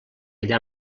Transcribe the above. allà